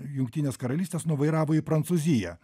jungtinės karalystės nuvairavo į prancūziją